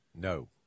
No